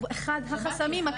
הוא אחד החסמים הקטנים.